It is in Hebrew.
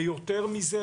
יותר מזה,